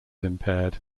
impaired